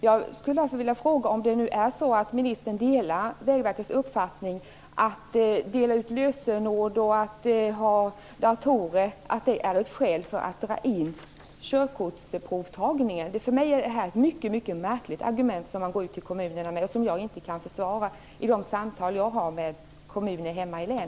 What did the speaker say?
Jag skulle därför vilja ställa en fråga, om ministern nu delar Vägverkets uppfattning. Är datorer och utdelning av lösenord ett skäl att dra in körkortsprovtagningen? För mig är det ett mycket märkligt argument som man går ut med till kommunerna. Jag kan inte försvara det i de samtal jag har med kommuner i mitt hemlän.